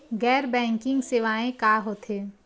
गैर बैंकिंग सेवाएं का होथे?